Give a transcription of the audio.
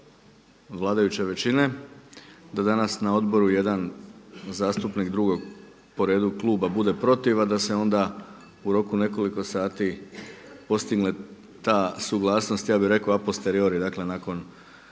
favorit vladajuće većine, da danas na odboru jedan zastupnik drugog po redu kluba bude protiv a da se onda u roku nekoliko sati postigne ta suglasnost, ja bi rekao … dakle nakon